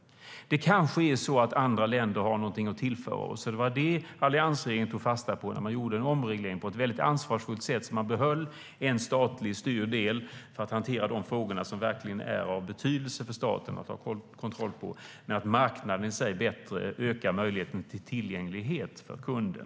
Det kanske är så att andra länder har något att tillföra oss. Det var det alliansregeringen tog fasta på när man gjorde en omreglering på ett mycket ansvarsfullt sätt, så att man behöll en statligt styrd del för att hantera de frågor som verkligen är av betydelse för staten att ha kontroll på. Men marknaden i sig är bättre för att öka tillgängligheten för kunden.